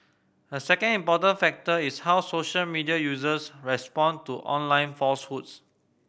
a second important factor is how social media users respond to online falsehoods